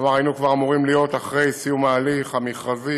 כלומר היינו כבר אמורים להיות אחרי סיום ההליך המכרזי,